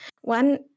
one